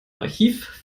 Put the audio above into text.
archiv